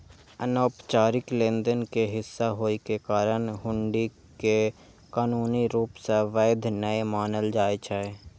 अनौपचारिक लेनदेन के हिस्सा होइ के कारण हुंडी कें कानूनी रूप सं वैध नै मानल जाइ छै